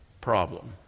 problem